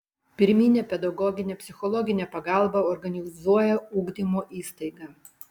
pirminę pedagoginę psichologinę pagalbą organizuoja ugdymo įstaiga